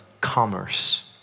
commerce